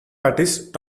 artist